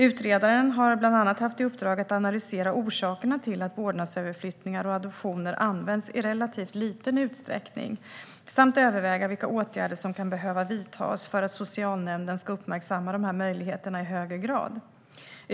Utredaren har bland annat haft i uppdrag att analysera orsakerna till att vårdnadsöverflyttningar och adoptioner används i relativt liten utsträckning samt överväga vilka åtgärder som kan behöva vidtas för att socialnämnden ska uppmärksamma dessa möjligheter i högre grad.